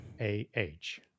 A-H